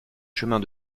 chemins